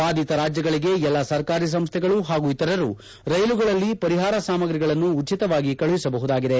ಬಾಧಿತ ರಾಜ್ಯಗಳಿಗೆ ಎಲ್ಲಾ ಸರ್ಕಾರಿ ಸಂಸ್ಟೆಗಳು ಹಾಗೂ ಇತರರು ಉಚಿತವಾಗಿ ರೈಲುಗಳಲ್ಲಿ ಪರಿಹಾರ ಸಾಮಗ್ರಿಗಳನ್ನು ಕಳುಹಿಸಬಹುದಾಗಿದೆ